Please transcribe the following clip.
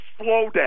slowdown